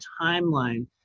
timeline